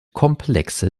komplexe